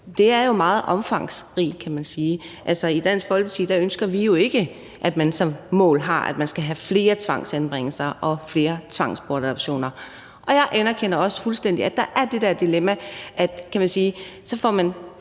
med, er jo meget omfangsrige, kan man sige. Altså, i Dansk Folkeparti ønsker vi jo ikke, at man har som mål, at man skal have flere tvangsanbringelser og flere tvangsbortadoptioner, og jeg anerkender også fuldstændig, at der er det der dilemma: Så får man